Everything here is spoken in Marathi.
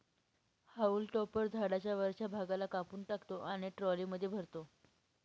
हाऊल टॉपर झाडाच्या वरच्या भागाला कापून टाकतो आणि ट्रॉलीमध्ये भरतो